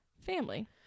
family